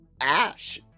ash